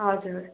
हजुर